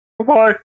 Goodbye